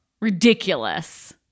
Ridiculous